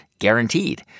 guaranteed